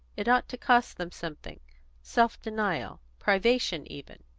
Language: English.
it ought to cost them something self-denial, privation even.